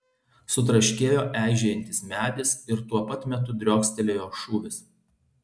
sutraškėjo eižėjantis medis ir tuo pat metu driokstelėjo šūvis